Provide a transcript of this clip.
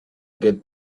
good